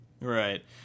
Right